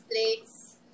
plates